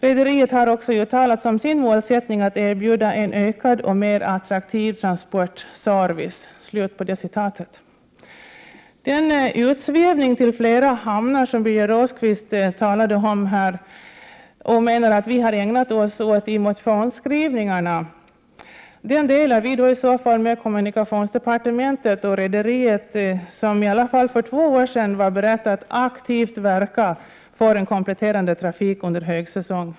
Rederiet har också uttalat som sin målsättning att erbjuda en ökad och mer attraktiv transportservice.” Den ”utsvävning” till flera hamnar som Birger Rosqvist här menade att vi har ägnat oss åt i motionsskrivningarna delar vi i så fall med kommunikationsdepartementet och rederiet — som i alla fall för två år sedan var berett att aktivt verka för en kompletterande trafik under högsäsong.